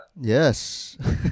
Yes